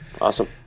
awesome